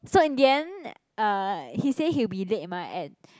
so in the end uh he said he will be late mah at